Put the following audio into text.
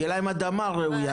שתהיה להם אדמה ראויה,